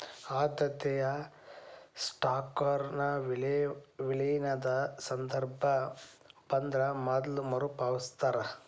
ಆದ್ಯತೆಯ ಸ್ಟಾಕ್ನೊರ ವಿಲೇನದ ಸಂದರ್ಭ ಬಂದ್ರ ಮೊದ್ಲ ಮರುಪಾವತಿಸ್ತಾರ